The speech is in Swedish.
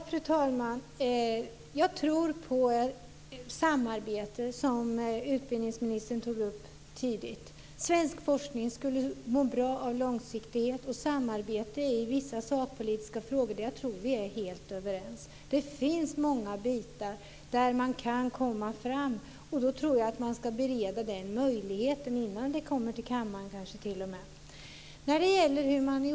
Fru talman! Jag tror på samarbete, som utbildningsministern tog upp tidigt. Svensk forskning skulle må bra av långsiktighet och samarbete i vissa sakpolitiska frågor där jag tror vi är helt överens. Det finns många delar där man kan komma fram. Då ska man bereda den möjligheten, kanske t.o.m. innan frågorna kommer till kammaren.